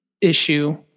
issue